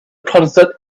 concert